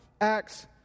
acts